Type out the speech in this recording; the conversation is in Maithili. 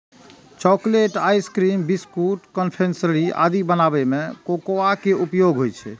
चॉकलेट, आइसक्रीम, बिस्कुट, कन्फेक्शनरी आदि बनाबै मे कोकोआ के उपयोग होइ छै